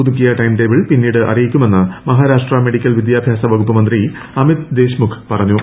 പുതുക്കിയ time table പ്പിന്നീട് അറിയിക്കുമെന്ന് മഹാരാഷ്ട്ര മെഡിക്കൽ വിദ്യാഭ്യാസ പ്രക്ടൂപ്പ് മന്ത്രി അമിത് ദേശ്മുഖ് പറഞ്ഞു